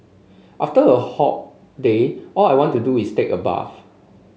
after a hot day all I want to do is take a bath